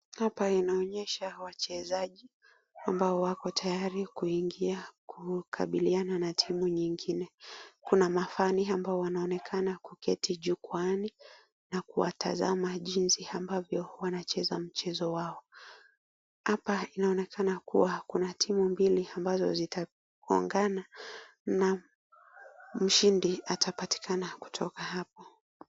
Hapa inaonyesha wachezaji ambo wako tayari kuingia kukabiliana na timu nyingine kuna mafani ambao wanaonekana kuketi jukwaani na kuwatazama jinsi ambavyo wanacheza mchezo wao, hapa inaonekana kuwa kuna timu mbili ambazo zitagongana na mshindi atapatikana kutoka hapo.